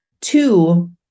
Two